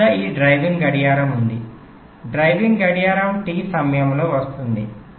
నా వద్ద ఈ డ్రైవింగ్ గడియారం ఉంది డ్రైవింగ్ గడియారం T సమయం లో వస్తుంది